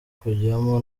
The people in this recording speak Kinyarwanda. kujyamo